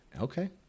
Okay